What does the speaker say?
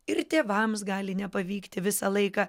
ir tėvams gali nepavykti visą laiką